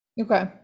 Okay